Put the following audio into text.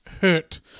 Hurt